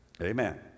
Amen